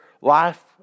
life